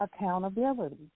accountability